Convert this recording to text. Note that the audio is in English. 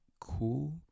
cool